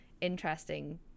interesting